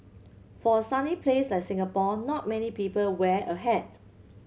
for a sunny place like Singapore not many people wear a hat